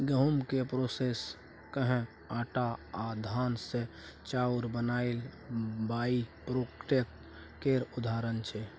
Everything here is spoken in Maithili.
गहुँम केँ प्रोसेस कए आँटा आ धान सँ चाउर बनाएब बाइप्रोडक्ट केर उदाहरण छै